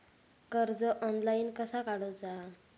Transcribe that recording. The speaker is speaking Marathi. कर्ज ऑनलाइन कसा काडूचा?